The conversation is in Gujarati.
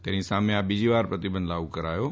તેમની સામે આ બીજીવાર પ્રતિબંધ લાગુ કરાયો છે